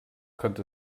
könnte